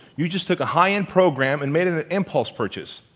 you just took a high-end program and made it an impulse purchase.